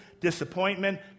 disappointment